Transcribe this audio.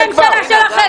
איפה ראש הממשלה שלכם?